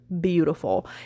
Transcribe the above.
beautiful